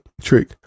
trick